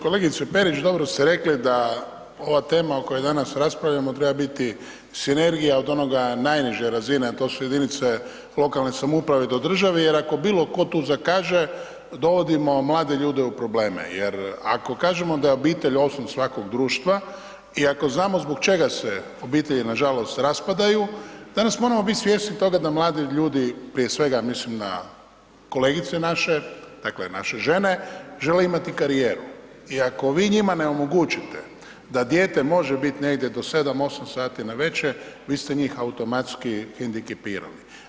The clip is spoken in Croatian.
Kolegice Perić, dobro ste rekli da ova tema o kojoj danas raspravljamo treba biti sinergija od onoga najniže razine, a to su jedinice lokalne samouprave do države jer ako bilo ko tu zakaže dovodimo mlade ljude u probleme jer ako kažemo da je obitelj osnov svakog društva i ako znamo zbog čega se obitelji nažalost raspadaju, danas moramo bit svjesni toga da mladi ljudi, prije svega mislim na kolegice naše, dakle naše žene, žele imati karijeru i ako vi njima ne omogućite da dijete može bit negdje do 7-8 sati naveče, vi ste njih automatski hendikepirali.